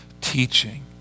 teaching